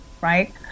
right